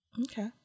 Okay